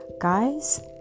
guys